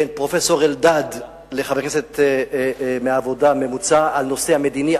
בין פרופסור אלדד לחבר כנסת ממוצע מהעבודה על הנושא המדיני,